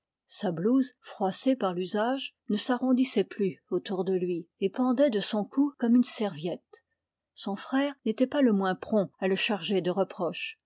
sa blouse froissée par l'usage ne s'arrondissait plus autour de lui et pendait de son cou comme une serviette son frère n'était pas le moins prompt à le charger de reproches